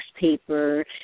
paper